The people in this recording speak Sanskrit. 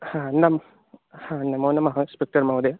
हा नं ह नमोनमः इन्स्पेक्टर् महोदय